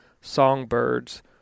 songbirds